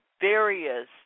various